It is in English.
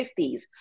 50s